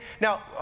Now